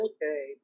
Okay